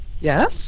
Yes